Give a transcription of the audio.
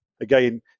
again